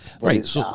Right